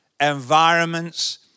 environments